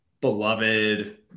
beloved